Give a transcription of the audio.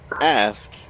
ask